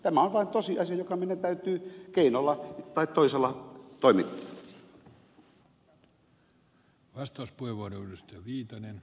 tämä on vain tosiasia joka meidän täytyy keinolla tai toisella toimittaa